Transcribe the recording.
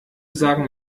sagen